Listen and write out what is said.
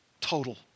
Total